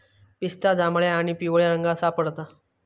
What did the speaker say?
पिस्ता जांभळ्या आणि पिवळ्या रंगात सापडता